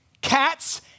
cats